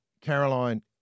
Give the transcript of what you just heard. Caroline